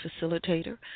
facilitator